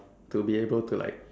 to be able to like